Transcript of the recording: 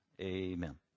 Amen